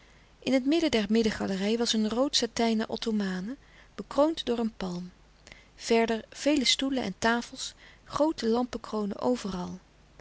in het midden der middengalerij was een rood satijnen ottomane bekroond door een palm verder vele stoelen en tafels groote lampekronen overal